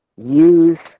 use